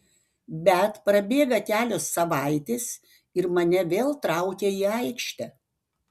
bet prabėga kelios savaitės ir mane vėl traukia į aikštę